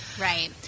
Right